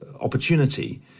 opportunity